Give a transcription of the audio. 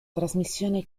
trasmissione